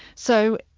so,